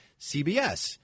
CBS